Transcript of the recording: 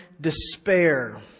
despair